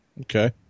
Okay